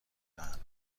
دهند